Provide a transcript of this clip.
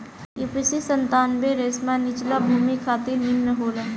UPC सत्तानबे रेशमा निचला भूमि खातिर निमन होला